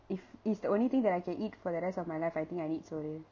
if it's the only thing that I can eat for the rest of my life I think I need soru